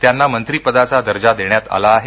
त्यांना मंत्रिपदाचा दर्जा देण्यात आला आहे